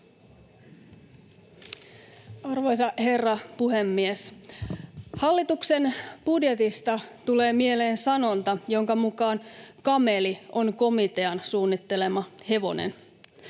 Arvoisa herra puhemies! Hallituksen budjetista tulee mieleen sanonta, jonka mukaan kameli on komitean suunnittelema hevonen.